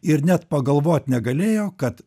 ir net pagalvot negalėjo kad